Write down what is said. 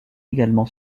également